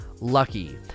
lucky